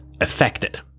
affected